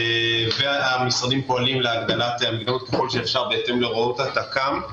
המשרדים פועלים להגדלת המקדמות בהתאם להוראות התק"ם.